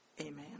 Amen